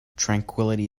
tranquillity